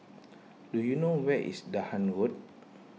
do you know where is Dahan Road